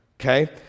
okay